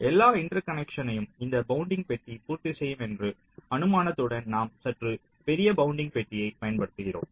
எல்லா இன்டர்கனெக்ஷன்ஸ்யும் இந்த பவுண்டிங் பெட்டி பூர்த்தி செய்யும் என்ற அனுமானத்துடன் நாம் சற்று பெரிய பவுண்டிங் பெட்டியை பயன்படுத்துகிறோம்